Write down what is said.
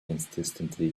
insistently